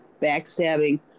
backstabbing